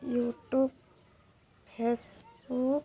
YouTube Facebook